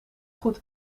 goed